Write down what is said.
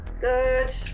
Good